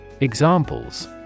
Examples